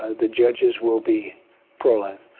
ah the judges will be pro-life,